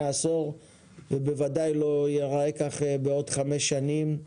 עשור ובוודאי לא יראה כך בעוד 5 שנים.